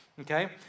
Okay